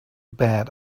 bad